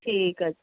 ਠੀਕ ਆ ਜੀ